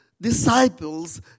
disciples